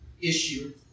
issue